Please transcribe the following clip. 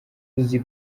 uzi